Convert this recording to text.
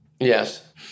Yes